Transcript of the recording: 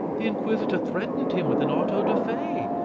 the inquisitor threatened him with an auto-da-fe.